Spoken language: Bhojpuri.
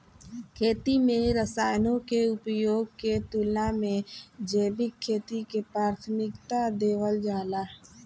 खेती में रसायनों के उपयोग के तुलना में जैविक खेती के प्राथमिकता देवल जाला